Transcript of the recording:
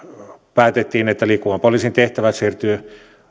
päätettiin että liikkuvan poliisin tehtävät siirtyvät